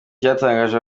cyatangaje